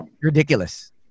ridiculous